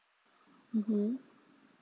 mmhmm